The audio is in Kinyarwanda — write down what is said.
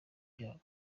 cyabo